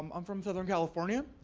um i'm from southern california.